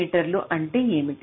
మీ అంటే ఏమిటి